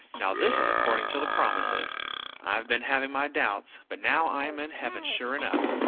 now this is according to the promises i've been having my doubts, but now i am in heaven, sure enough.